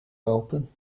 lopen